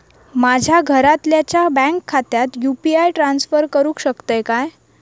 माझ्या घरातल्याच्या बँक खात्यात यू.पी.आय ट्रान्स्फर करुक शकतय काय?